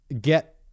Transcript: get